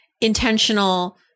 intentional